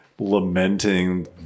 lamenting